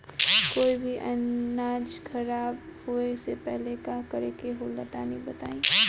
कोई भी अनाज खराब होए से पहले का करेके होला तनी बताई?